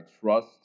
trust